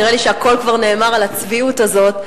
נראה לי שהכול כבר נאמר על הצביעות הזאת,